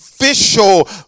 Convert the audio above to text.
official